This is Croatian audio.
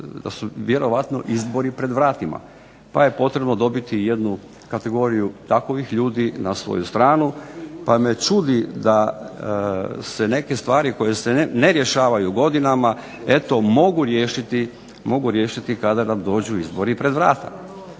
da su vjerovatno izbori pred vratima, pa je potrebno dobiti jednu kategoriju takovih ljudi na svoju stranu, pa me čudi da se neke stvari koje se ne rješavaju godinama eto mogu riješiti kada nam dođu izbori pred vrata.